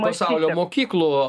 pasaulio mokyklų